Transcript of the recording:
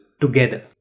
together